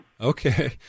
Okay